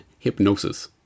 hypnosis